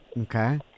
Okay